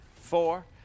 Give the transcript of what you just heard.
four